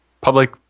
public